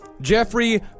Jeffrey